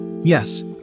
Yes